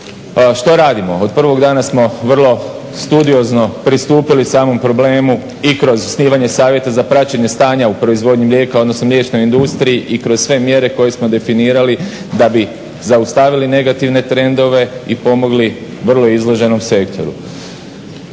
Što radimo? Od prvog dana smo vrlo studiozno pristupili samom problemu i kroz osnivanje savjeta za praćenje stanje u proizvodnji mlijeka, odnosno mliječnoj industriji i kroz sve mjere koje smo definirali da bi zaustavili negativne trendove i pomogli vrlo izloženom sektoru.